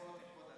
לפני הקצבאות,